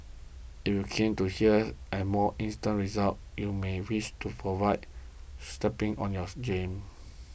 if you're keener to hear and more instant results you may wish to forward stepping on your game